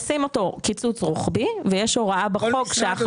עושים אותו קיצוץ רוחבי, יש הוראה בחוק.